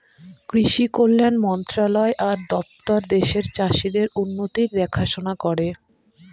কৃষি কল্যাণ মন্ত্রণালয় আর দপ্তর দেশের চাষীদের উন্নতির দেখাশোনা করে